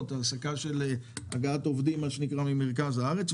צריך לאפשר הגעה של עובדים ממרכז הארץ.